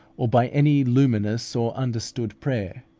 or by any luminous or understood prayer.